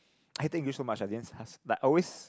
I take risk so much I but always